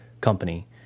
company